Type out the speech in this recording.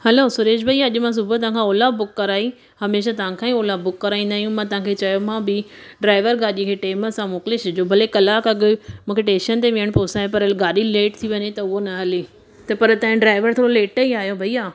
हलो सुरेश भईया अॼु सुबुह तव्हांखां ओला बुक कराई हमेशह तव्हांखां ई ओला बुक कराईंदा आहियूं मां तव्हांखे चयोमाव बि ड्राइवर गाॾी खे टेम सां मोकिले छॾियो भले कलाकु अॻु मूंखे टेशन ते विहण पोसाइ पर गाॾी लेट थी वञे त उहो न हले त पर तंहिं ड्राइवर थोरो लेट ई आयो भईया